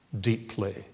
deeply